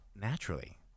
naturally